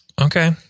Okay